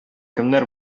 кемнәр